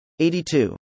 82